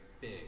big